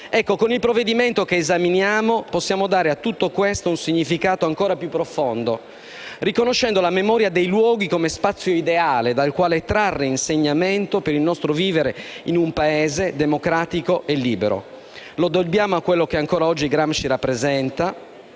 Con il provvedimento che oggi esaminiamo possiamo dare a tutto questo un significato ancora più profondo, riconoscendo la memoria dei luoghi come spazio ideale dal quale trarre insegnamento per il nostro vivere in un Paese democratico e libero. Lo dobbiamo a quello che ancora oggi Gramsci rappresenta